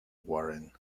warren